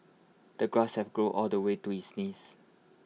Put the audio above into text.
the grass have grown all the way to his knees